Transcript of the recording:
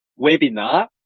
webinar